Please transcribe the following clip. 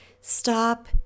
stop